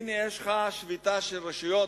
הנה, יש שביתה של רשויות